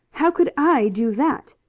how could i do that?